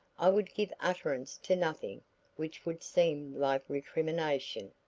i would give utterance to nothing which would seem like recrimination.